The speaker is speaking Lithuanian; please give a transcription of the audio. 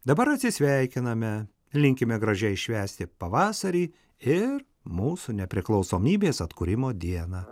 dabar atsisveikiname linkime gražiai švęsti pavasarį ir mūsų nepriklausomybės atkūrimo dieną